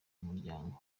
umuryango